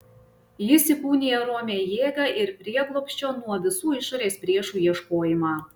jis įkūnija romią jėgą ir prieglobsčio nuo visų išorės priešų ieškojimą